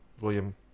william